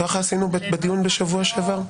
ככה עשינו בדיון בשבוע שעבר.